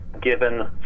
given